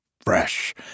fresh